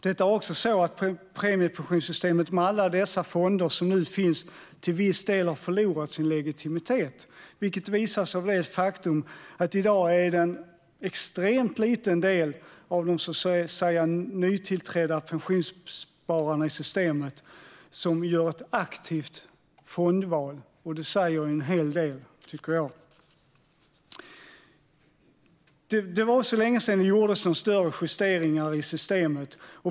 Det är också så att premiepensionssystemet med alla dessa fonder som nu finns till viss del har förlorat sin legitimitet. Det visas av det faktum att det i dag är en extremt liten del av de nytillträdda pensionsspararna i systemet som gör ett aktivt fondval. Det tycker jag säger en hel del. Det var också länge sedan det gjordes några större justeringar i systemet.